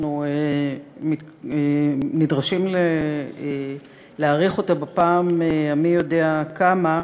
שאנחנו נדרשים להאריך אותה בפעם המי-יודע-כמה,